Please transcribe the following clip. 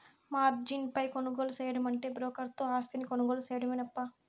margin పై కొనుగోలు సేయడమంటే బ్రోకర్ తో ఆస్తిని కొనుగోలు సేయడమేనప్పా